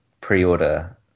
pre-order